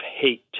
hate